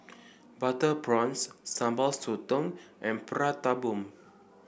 Butter Prawns Sambal Sotong and Prata Bomb